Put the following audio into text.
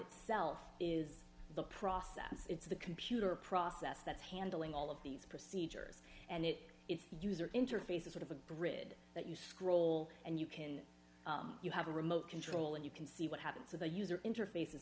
itself is the process it's the computer process that's handling all of these procedures and it is user interface a sort of a bridge that you scroll and you can you have a remote control and you can see what happens with a user interface